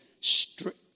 strict